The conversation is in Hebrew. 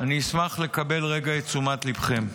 אני אשמח לקבל רגע את תשומת ליבכם.